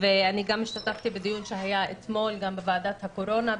אני גם השתתפתי בדיון שהיה אתמול בוועדת הקורונה,